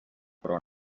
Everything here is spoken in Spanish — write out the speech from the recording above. pro